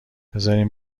بذارین